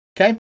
Okay